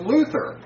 Luther